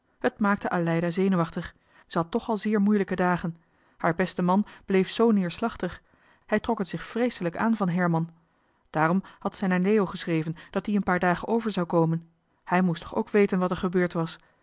het maakte aleida zenuwachtig zij had toch al zeer moeilijke dagen haar beste man bleef z neerslachtig hij trok het zich vrééselijk aan van herman daarom had zij naar leo geschreven dat die een paar dagen over zou komen hij moest toch ook weten wat er gebeurd was